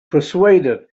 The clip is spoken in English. persuaded